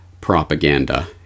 propaganda